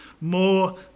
more